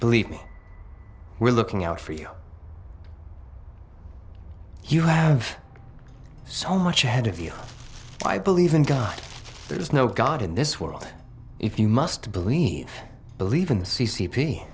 believe me we're looking out for you you have so much ahead of you i believe in god there is no god in this world if you must believe believe in